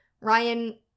Ryan